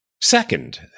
Second